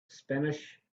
spanish